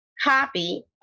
copy